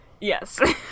Yes